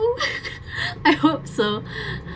I hope so